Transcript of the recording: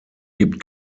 gibt